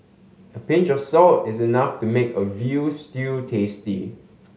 a pinch of salt is enough to make a veal stew tasty